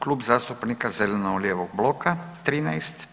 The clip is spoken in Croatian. Klub zastupnika zeleno-lijevog bloka, 13.